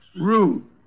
Rude